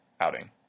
outing